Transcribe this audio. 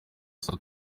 saa